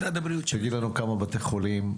תגיד לנו כמה בתי חולים,